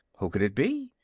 who would it be?